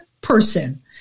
person